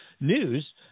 News